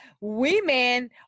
women